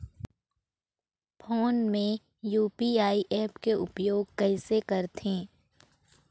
Phone मे UPI app के उपयोग कइसे करथे?